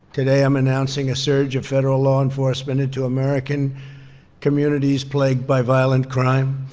today, i'm announcing a surge of federal law enforcement into american communities plagued by violent crime.